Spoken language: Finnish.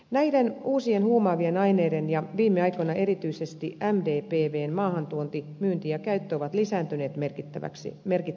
näiden uusien huumaavien aineiden ja viime aikoina erityisesti mdpvn maahantuonti myynti ja käyttö ovat lisääntyneet merkittävästi